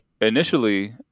initially